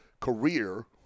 career